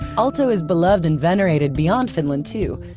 aalto is beloved and venerated beyond finland, too.